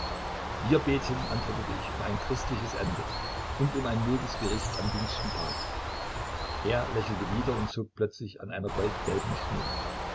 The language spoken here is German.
wir beten antwortete ich um ein christliches ende und um ein mildes gericht am jüngsten tag er lächelte wieder und zog plötzlich an einer goldgelben schnur